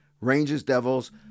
Rangers-Devils